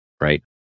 right